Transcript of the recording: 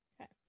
Okay